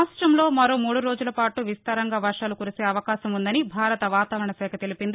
రాష్టంలో మరో మూడు రోజుల పాటు విస్తారంగా వర్షాలు కురిసే అవకాశం ఉందని భారత వాతావరణ శాఖ తెలిపింది